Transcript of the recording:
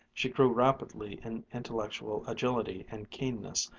she grew rapidly in intellectual agility and keenness,